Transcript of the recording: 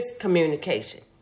miscommunication